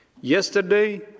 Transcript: Yesterday